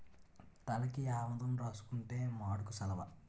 తలకి ఆవదం రాసుకుంతే మాడుకు సలవ